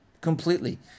completely